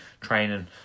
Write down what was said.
training